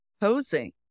posing